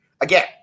Again